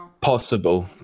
Possible